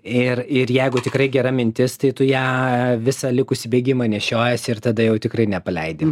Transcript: ir ir jeigu tikrai gera mintis tai tu ją visą likusį bėgimą nešiojiesi ir tada jau tikrai nepaleidi